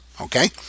okay